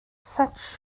such